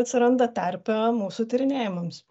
atsiranda terpė mūsų tyrinėjimams